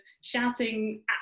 shouting